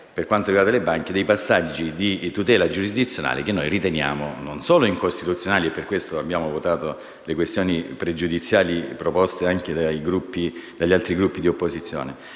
per quanto riguarda le banche, dei passaggi di tutela giurisdizionale. Questo per noi è incostituzionale e, per questo, abbiamo votato a favore delle questioni pregiudiziali proposte anche dagli altri Gruppi d'opposizione.